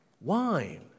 wine